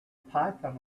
python